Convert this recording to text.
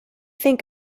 think